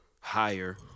Higher